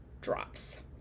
drops